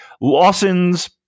Lawson's